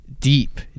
deep